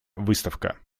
выставка